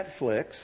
Netflix